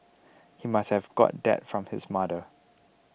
he must have got that from his mother